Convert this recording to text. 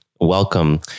welcome